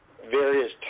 various